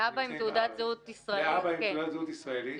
לאבא עם תעודת ישראלית, כן.